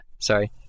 sorry